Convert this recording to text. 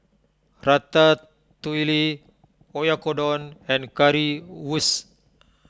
Ratatouille Oyakodon and Currywurst